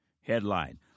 Headline